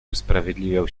usprawiedliwiał